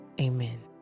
Amen